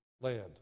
land